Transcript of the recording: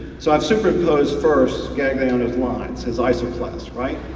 so i have super close first, gagliano's lines, his isoclasts right?